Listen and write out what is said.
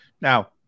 Now